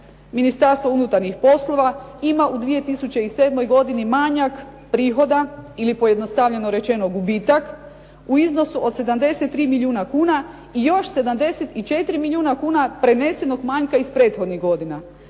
Ministarstvo unutarnjih poslova ima u 2007. godini manjak prihoda ili pojednostavljeno rečeno gubitak u iznosu od 73 milijuna kuna i još 74 milijuna kuna prenesenog manjka iz prethodnih godina,